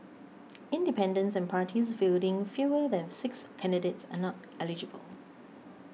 independents and parties fielding fewer than six candidates are not eligible